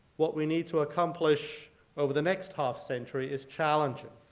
what we need to accomplish over the next half century is challenging,